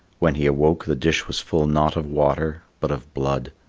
when he awoke, the dish was full not of water but of blood,